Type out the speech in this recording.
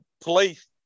police